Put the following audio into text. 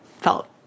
felt